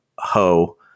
Ho